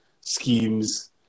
schemes